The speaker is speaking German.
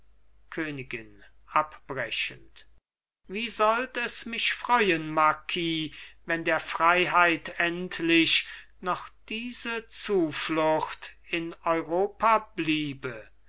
königin abbrechend wie sollt es mich freuen marquis wenn der freiheit endlich noch diese zuflucht in europa bliebe